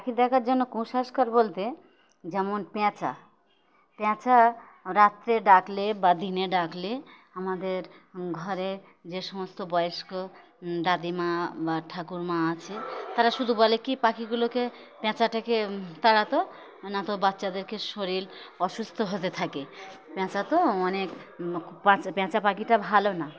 পাখি দেখার জন্য কুসংস্কর বলতে যেমন পেঁচা পেঁচা রাত্রে ডাকলে বা দিনে ডাকলে আমাদের ঘরে যে সমস্ত বয়স্ক দাদিমা বা ঠাকুরমা আছে তারা শুধু বলে কি পাখিগুলোকে পেঁচাটাকে তাড়া তো না তো বাচ্চাদেরকে শরীর অসুস্থ হতে থাকে পেঁচা তো অনেকচা পেঁচা পাখিটা ভালো না